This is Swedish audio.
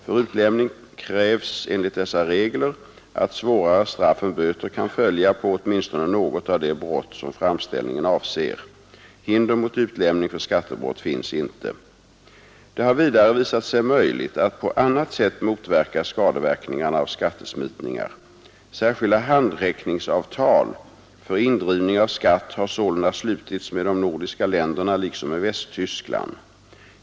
För utlämning krävs enligt dessa regler att svårare straff än böter kan följa på åtminstone något av de brott som framställningen avser. Hinder mot utlämning för skattebrott finns inte. Det har vidare visat sig möjligt att på annat sätt motverka skadeverkningarna av skattesmitningar. Särskilda handräckningsavtal för indrivning av skatt har sålunda slutits med de nordiska länderna liksom med Västtyskland.